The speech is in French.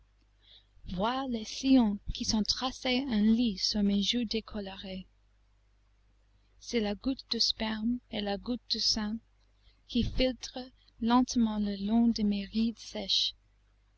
vois les sillons qui se sont tracé un lit sur mes joues décolorées c'est la goutte de sperme et la goutte de sang qui filtrent lentement le long de mes rides sèches